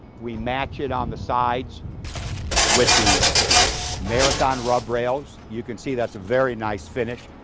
we match it on the sides with the marathon rub rails, you can see that's a very nice finish.